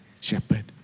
shepherd